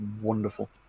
wonderful